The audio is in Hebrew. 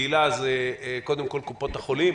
הקהילה זה קודם כול קופות החולים,